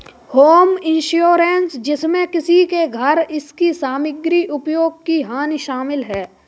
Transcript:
home insurance जिसमें किसी के घर इसकी सामग्री उपयोग की हानि शामिल है